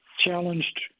challenged